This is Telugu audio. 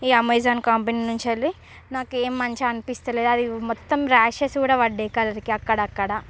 ఈ అమెజాన్ కంపెనీ నుంచి వెల్లి నాకేం మంచిగా అన్పిస్తలేదు అది మొత్తం రాషెస్ కూడా వడ్డాయి ఆఖరికి అక్కడక్కడా